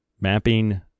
Mapping